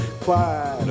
Quiet